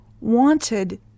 wanted